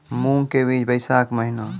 मूंग के बीज बैशाख महीना